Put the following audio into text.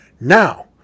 Now